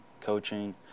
coaching